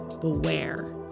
beware